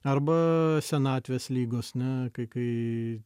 arba senatvės lygos ne kai kai